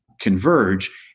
converge